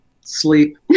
Sleep